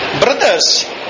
Brothers